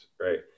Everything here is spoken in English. right